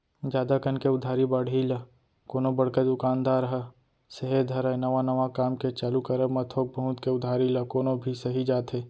जादा कन के उधारी बाड़ही ल कोनो बड़का दुकानदार ह सेहे धरय नवा नवा काम के चालू करब म थोक बहुत के उधारी ल कोनो भी सहि जाथे